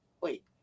wait